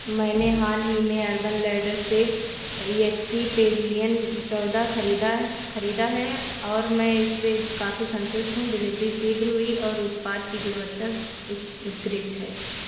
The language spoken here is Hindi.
मैंने हाल ही में अर्बन लैडर से एच पी पेवेलियन चौदह खरीदा खरीदा है और मैं इससे काफ़ी सन्तुष्ट हूँ डिलीवरी शीघ्र हुई और उत उत्पाद की गुणवत्ता उत्कृष्ट है